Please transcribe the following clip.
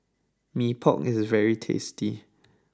Mee Pok is very tasty